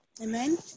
Amen